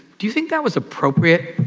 do you think that was appropriate?